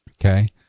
Okay